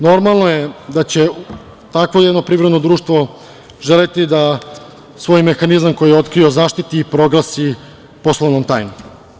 Normalno je da će takvo jedno privredno društvo želeti da svoj mehanizam, koji je otkrio, zaštiti i proglasi poslovnom tajnom.